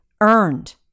earned